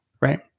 right